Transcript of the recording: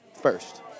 first